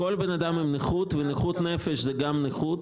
נכות נפש היא גם נכות.